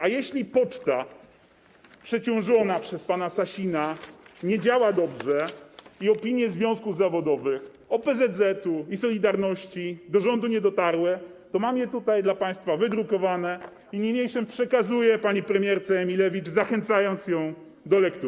A jeśli poczta przeciążona przez pana Sasina nie działa dobrze i opinie związków zawodowych, OPZZ-tu i „Solidarności”, do rządu nie dotarły, to mam je tutaj dla państwa wydrukowane i niniejszym przekazuję pani premierce Emilewicz, zachęcając ją do lektury.